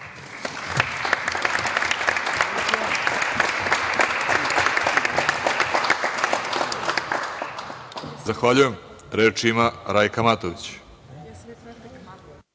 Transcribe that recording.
Zahvaljujem. Reč ima Rajka Matović.